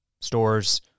stores